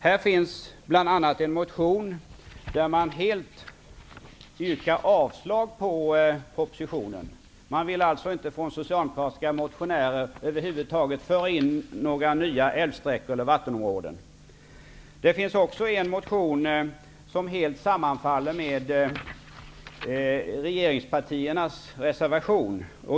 Här finns bl.a. en motion där man helt yrkar avslag på propositionen. De socialdemokratiska motionärerna vill över huvud taget inte föra in några nya älvsträckor eller vattenområden i naturresurslagen. Det finns också en motion som helt sammanfaller med regeringspartiernas reservation.